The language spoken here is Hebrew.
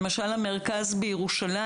למשל המרכז בירושלים.